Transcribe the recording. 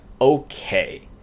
okay